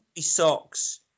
socks